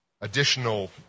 additional